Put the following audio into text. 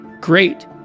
great